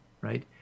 right